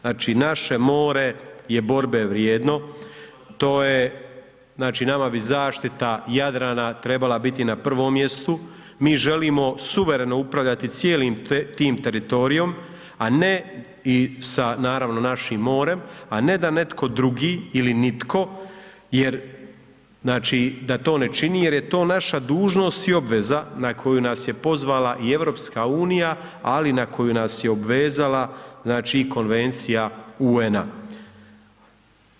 Znači, naše more je borbe vrijedno to je znači nama bi zaštita Jadrana trebala biti na prvom mjestu, mi želimo suvereno upravljati cijelim tim teritorijom, a ne, i sa naravno našim morem, a ne da netko drugi ili nitko jer znači da to ne čini jer je to naša dužnost i obveza na koju nas je pozvala i EU ali na koju nas je obvezala znači i Konvencija UN-a.